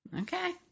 Okay